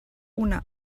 una